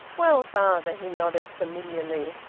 well, father, he nodded familiarly.